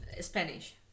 Spanish